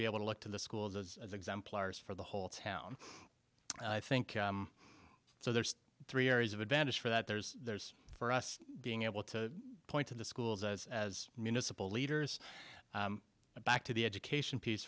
be able to look to the schools as exemplars for the whole town i think so there's three areas of advantage for that there's there's for us being able to point to the schools as as municipal leaders back to the education piece